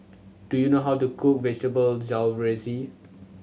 do you know how to cook Vegetable Jalfrezi